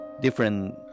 different